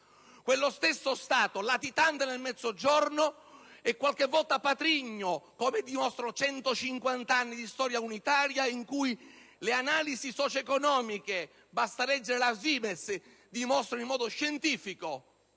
quello stesso Stato latitante nel Mezzogiorno e qualche volta patrigno, come dimostrano 150 anni di storia unitaria. Del resto, le analisi socio-economiche riportate dalla SVIMEZ dimostrano in modo scientifico